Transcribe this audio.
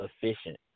efficient